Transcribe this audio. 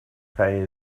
pay